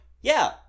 yeah-